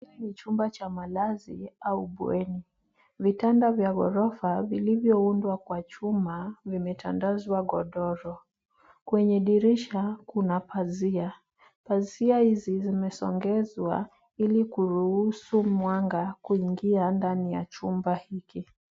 Hii ni chumba cha malazi au bweni. Vitanda vya ghorofa vilivyoundwa kwa chuma vimetandazwa godoro. Kwenye dirisha kuna pazia. Pazia hizi zimesongezwa ili kuruhusu mwanga kuingia ndani ya chumba hiki.